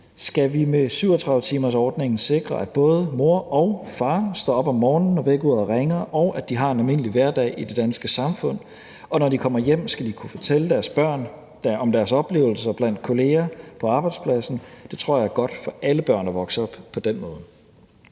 skal vi med 37-timersordningen sikre, at både mor og far står op om morgenen, når vækkeuret ringer, og at de har en almindelig hverdag i det danske samfund; og når de kommer hjem, skal de kunne fortælle deres børn om deres oplevelser blandt kollegaer på arbejdspladsen. Jeg tror, det er godt for alle børn at vokse op på den måde.